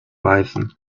beißen